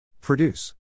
Produce